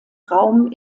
raum